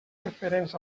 referents